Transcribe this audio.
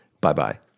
Bye-bye